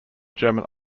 german